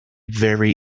very